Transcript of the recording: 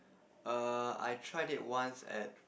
err I tried it once at